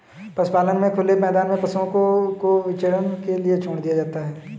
पशुपालन में खुले मैदान में पशुओं को विचरण के लिए छोड़ दिया जाता है